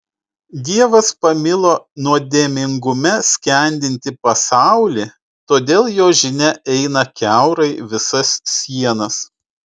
dievas pamilo nuodėmingume skendintį pasaulį todėl jo žinia eina kiaurai visas sienas